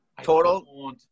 total